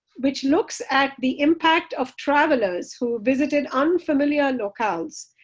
which looks at the impact of travelers who visited unfamiliar locales,